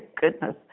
goodness